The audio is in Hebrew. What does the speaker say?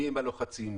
מיהם הלוחצים,